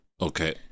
Okay